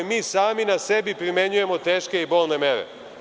Mi sami na sebi primenjujemo teške i bolne mere.